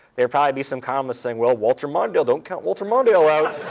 there'd probably be some columnists saying, well, walter mondale, don't count walter mondale out.